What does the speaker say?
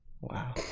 Wow